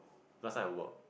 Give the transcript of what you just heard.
last time I work